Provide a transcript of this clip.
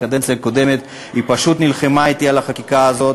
בקדנציה הקודמת היא פשוט נלחמה אתי על החקיקה הזאת.